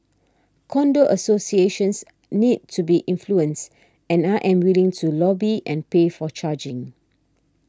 condo associations need to be influenced and I am willing to lobby and pay for charging